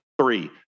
three